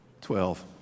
Twelve